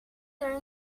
there